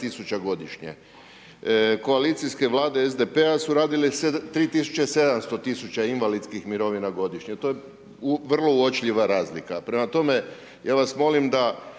Koalicijske vlade SDP-a su radile 3700 invalidskih mirovina godišnje, to je vrlo uočljiva razlika. Prema tome ja vas molim da